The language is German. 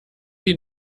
die